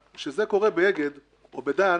כשזה קורה באגד או בדן,